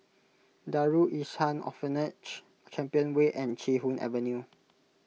Darul Ihsan Orphanage Champion Way and Chee Hoon Avenue